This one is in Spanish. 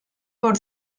por